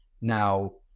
now